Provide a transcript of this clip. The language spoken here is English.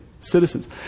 citizens